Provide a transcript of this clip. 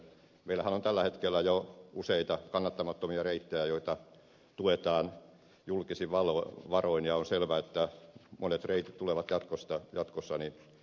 meillähän on tällä hetkellä jo useita kannattamattomia reittejä joita tuetaan julkisin varoin ja on selvää että monet reitit tulevat jatkossa tarkkailuun